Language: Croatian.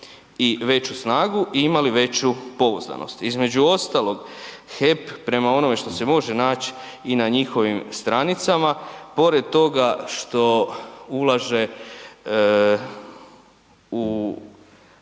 veću snagu i imali veću pouzdanost. Između ostalog HEP prema onome što se može naći i na njihovim stranicama, pored toga što ulaže u